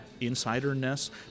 insider-ness